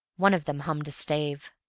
one of them hummed stave,